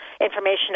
information